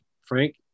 Frank